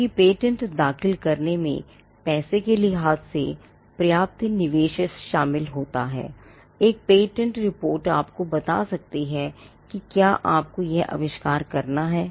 क्योंकि पेटेंट दाखिल करने में पैसे के लिहाज से पर्याप्त निवेश शामिल होता है एक पेटेंट रिपोर्ट आपको बता सकती है कि क्या आपको यह आविष्कार करना है